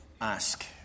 ask